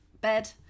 bed